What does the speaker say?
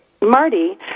Marty